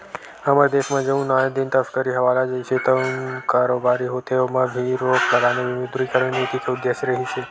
हमर देस म जउन आए दिन तस्करी हवाला जइसे जउन कारोबारी होथे ओमा भी रोक लगाना विमुद्रीकरन नीति के उद्देश्य रिहिस हे